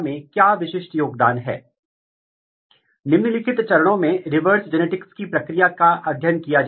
हमने फ़ंक्शन दृष्टिकोण के लाभ और फ़ंक्शन दृष्टिकोण के नुकसान का अध्ययन किया है